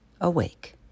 awake